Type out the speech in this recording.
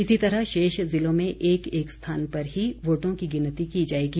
इसी तरह शेष जिलों में एक एक स्थान पर ही वोटों की गिनती की जायेगी